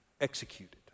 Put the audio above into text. executed